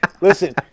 listen